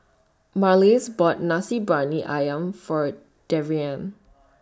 Marlys bought Nasi Briyani Ayam For Darrian